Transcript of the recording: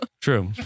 True